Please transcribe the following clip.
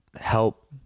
help